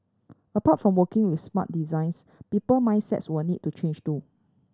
apart from working with smart designs people mindsets will need to change too